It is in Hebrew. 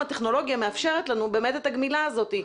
הטכנולוגיה מאפשרת לנו באמת את הגמילה הזאת,